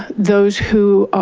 those who